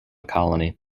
colony